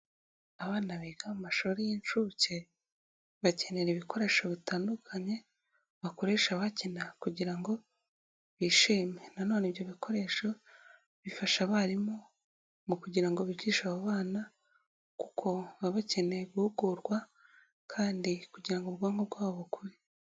Abana biga mashuri y'inshuke bakenera ibikoresho bitandukanye, bakoresha bakina kugira ngo bishime, nanone ibyo bikoresho bifasha abarimu mu kugira ngo bigishe abo bana, kuko baba bakeneye guhugurwa kandi kugira ngo ubwonko bwabo bukure.